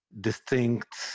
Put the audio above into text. distinct